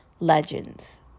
legends